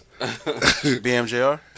BMJR